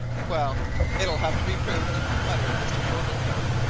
well it'll have to be proved, muttered mr. portlethorpe.